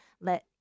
let